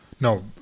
No